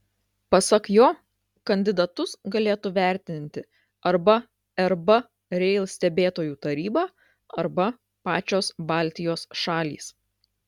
pasak jo kandidatus galėtų vertinti arba rb rail stebėtojų taryba arba pačios baltijos šalys